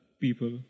people